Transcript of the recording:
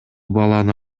баланы